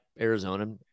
arizona